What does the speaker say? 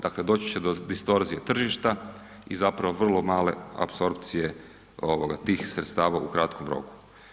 Dakle, doći će do distorzije tržišta i zapravo vrlo male apsorpcije ovoga, tih sredstava u kratkom roku.